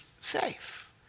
safe